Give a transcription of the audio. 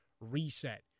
reset